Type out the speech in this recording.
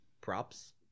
props